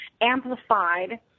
amplified